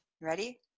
Ready